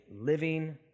living